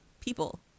people